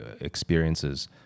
experiences